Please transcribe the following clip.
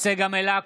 צגה מלקו,